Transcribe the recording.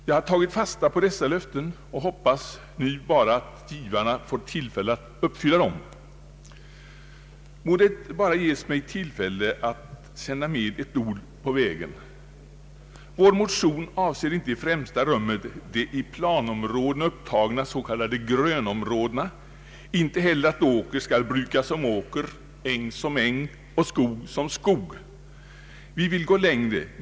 Jag har tagit fasta på dessa löften och hoppas att givarna får tillfälle att uppfylla dem. Må det ges mig tillfälle att sända med ett ord på vägen. Vår motion avser inte i främsta rummet de i planerna upptagna s.k. grönområdena, inte heller kravet att åker skall brukas som åker, äng som äng och skog som skog. Vi vill gå längre.